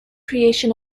creation